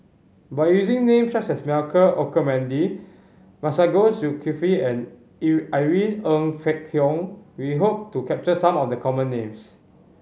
by using names such as Michael Olcomendy Masagos Zulkifli and Irene Ng Phek Hoong we hope to capture some of the common names